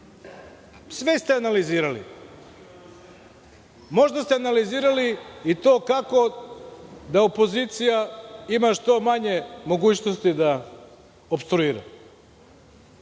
Sve ste analizirali. Možda ste analizirali i to kako da opozicija ima što manje mogućnosti da opstruira.